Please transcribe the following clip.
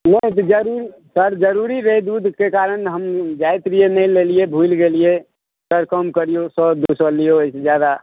नहि तऽ सर जरुरी रहै दूध के कारण हम जाइत रहियै नहि लेलियै भूलि गेलियै सर कम करियौ सर दू सए लियौ जादा